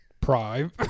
Prime